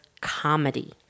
comedy